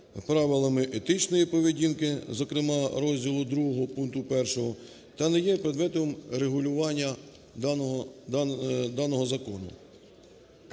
правилами етичної поведінки, зокрема, розділу ІІ пункту 1, та не є предметом регулювання даного закону.